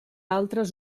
altres